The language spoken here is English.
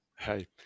Hey